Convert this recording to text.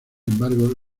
embargo